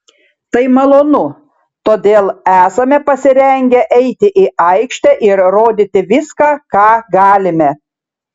tai malonu todėl esame pasirengę eiti į aikštę ir rodyti viską ką galime